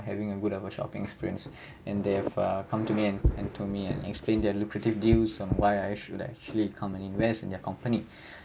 having a good ever shopping experience and they have err come to me and and told me and explain their lucrative deals on why I should actually come and invest in their company